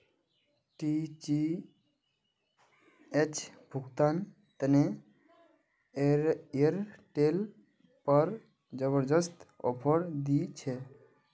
DTH भुगतान तने Airtel app जबरदस्त ऑफर दी छे